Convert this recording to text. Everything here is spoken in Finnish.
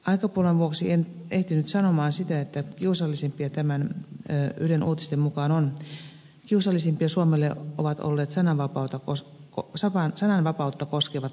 aikapulan vuoksi en ehtinyt sanoa sitä että kiusallisimpia suomelle tämän uutisen mukaan ovat olleet sananvapautta koskevat tuomiot